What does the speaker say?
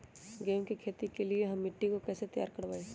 गेंहू की खेती के लिए हम मिट्टी के कैसे तैयार करवाई?